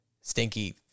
stinky